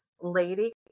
lady